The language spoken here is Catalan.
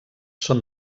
són